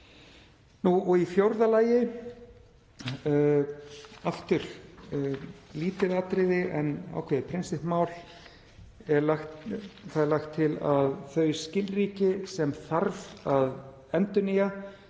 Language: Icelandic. Í fjórða lagi, aftur lítið atriði en ákveðið prinsippmál, er lagt til að þau skilríki sem þarf að endurnýja